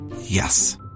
Yes